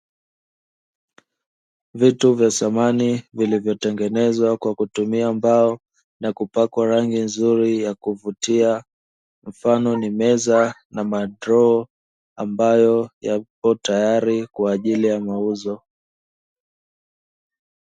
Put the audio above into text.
Vitu vya samani vilivyo tengenezwa kwa kutumia mbao na kupakwa rangi nzuri ya kuvutia, mfano ni meza na madroo ambayo yapo tayari kwaajili ya mauzo.